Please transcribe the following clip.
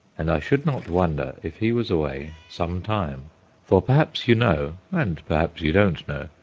and i should not wonder if he was away some time for perhaps you know, and perhaps you don't know,